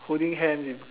holding hands in